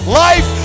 life